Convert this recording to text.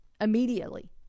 immediately